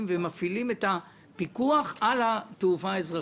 והם מפעילים את הפיקוח על התעופה האזרחית,